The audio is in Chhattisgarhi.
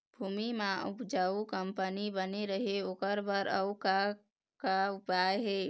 भूमि म उपजाऊ कंपनी बने रहे ओकर बर अउ का का उपाय हे?